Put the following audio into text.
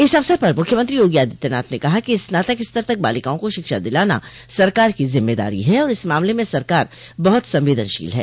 इस अवसर पर मुख्यमंत्री योगी आदित्यनाथ ने कहा कि स्नातक स्तर तक बालिकाओं को शिक्षा दिलाना सरकार की जिम्मेदारी है और इस मामले में सरकार बहुत संवेदनशील है